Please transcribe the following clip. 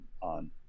on